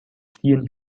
ziehen